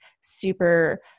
super